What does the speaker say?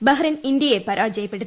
Bahrain ഇന്ത്യയെ പരാജയപ്പെടുത്തി